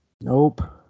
Nope